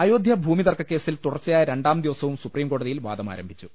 അയോധ്യ ഭൂമി തർക്ക കേസിൽ തുടർച്ചയായ രണ്ടാം ദിവസവും സുപ്രീംകോട തിയിൽ വാദമാരംഭിച്ചു